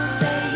say